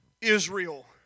Israel